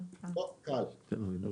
לא, ק.א.ל.